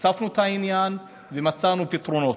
הצפנו את העניין ומצאנו פתרונות.